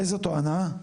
באיזו תואנה?